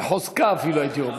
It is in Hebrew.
בחוזקה אפילו, הייתי אומר.